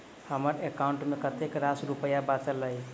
हम्मर एकाउंट मे कतेक रास रुपया बाचल अई?